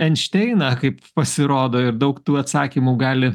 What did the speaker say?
einšteiną kaip pasirodo ir daug tų atsakymų gali